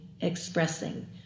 expressing